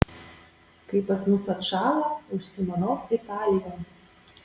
kai pas mus atšąla užsimanau italijon